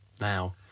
now